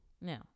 no